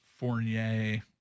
Fournier